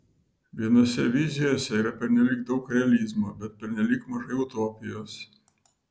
vienose vizijose yra pernelyg daug realizmo bet pernelyg mažai utopijos